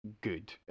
good